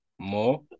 More